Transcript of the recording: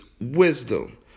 wisdom